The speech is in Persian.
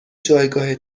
جایگاه